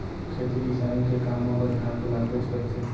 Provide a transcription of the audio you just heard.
खेती किसानी के काम म बनिहार तो लागबेच करथे